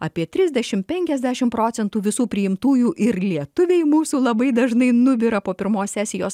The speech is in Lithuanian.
apie trisdešim penkiasdešim procentų visų priimtųjų ir lietuviai mūsų labai dažnai nubyra po pirmos sesijos